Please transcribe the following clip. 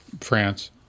France